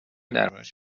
دربارش